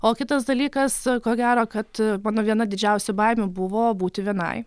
o kitas dalykas ko gero kad mano viena didžiausių baimių buvo būti vienai